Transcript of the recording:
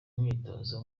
imyitozo